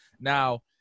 Now